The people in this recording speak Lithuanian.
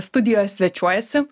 studijoje svečiuojasi